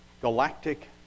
Galactic